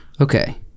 Okay